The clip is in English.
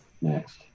next